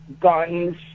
guns